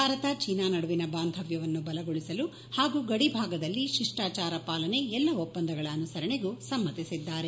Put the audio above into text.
Bharat China ನಡುವಿನ ಬಾಂಧವ್ಯವನ್ನು ಬಲಗೊಳಿಸಲು ಹಾಗೂ ಗಡಿ ಭಾಗದಲ್ಲಿ ಶಿಷ್ಟಾಚಾರ ಪಾಲನೆ ಎಲ್ಲ ಒಪ್ಸಂದಗಳ ಅನುಸರಣೆಗೂ ಸಮ್ಮತಿಸಿದ್ದಾರೆ